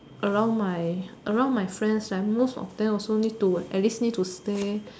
around my around my friends right most of them also need to at least need to stay